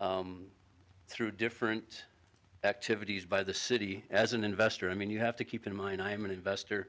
true through different activities by the city as an investor i mean you have to keep in mind i am an investor